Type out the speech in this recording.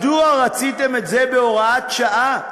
מדוע רציתם את זה בהוראת שעה?